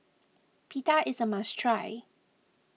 Pita is a must try